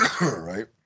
right